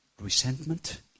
Resentment